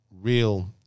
real